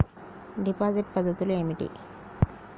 Deposit పద్ధతులు ఏమిటి?